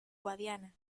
guadiana